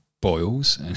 boils